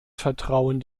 vertrauen